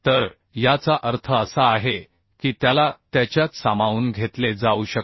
तर याचा अर्थ असा आहे की त्याला त्याच्यात सामावून घेतले जाऊ शकते